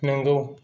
नंगौ